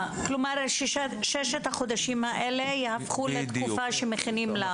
כלומר, ששת החודשים האלה יהפכו לתקופה שבה מכינים?